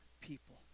people